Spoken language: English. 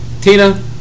Tina